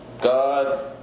God